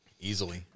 Easily